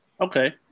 okay